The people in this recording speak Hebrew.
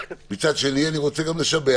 מצד שני, אני גם רוצה לשבח